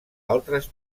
altres